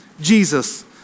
Jesus